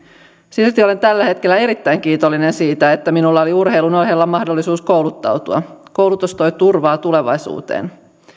silti olen tällä hetkellä erittäin kiitollinen siitä että minulla oli urheilun ohella mahdollisuus kouluttautua koulutus toi turvaa tulevaisuuteen